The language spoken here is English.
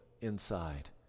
inside